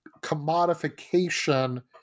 commodification